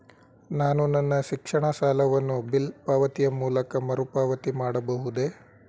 ನಾನು ನನ್ನ ಶಿಕ್ಷಣ ಸಾಲವನ್ನು ಬಿಲ್ ಪಾವತಿಯ ಮೂಲಕ ಮರುಪಾವತಿ ಮಾಡಬಹುದೇ?